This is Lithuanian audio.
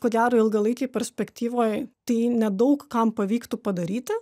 ko gero ilgalaikėj perspektyvoj tai nedaug kam pavyktų padaryti